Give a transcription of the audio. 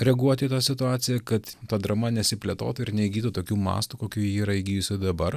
reaguot į tą situaciją kad ta drama nesiplėtotų ir neįgytų tokių mastų kokių ji yra įgijusi dabar